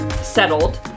settled